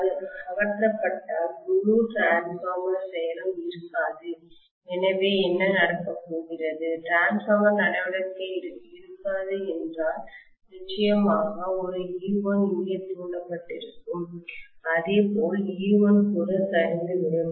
அது அகற்றப்பட்டால் முழு டிரான்ஸ்பார்மர் செயலும் இருக்காது எனவே என்ன நடக்கப் போகிறது டிரான்ஸ்பார்மர் நடவடிக்கை இருக்காது என்றால் நிச்சயமாக ஒரு e1 இங்கே தூண்டப்பட்டிருக்கும் அதே போல் e1 கூட சரிந்து விடும்